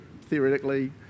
theoretically